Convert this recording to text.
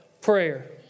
prayer